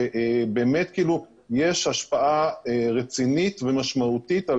ובאמת כאילו יש השפעה רצינית ומשמעותית על